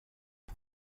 det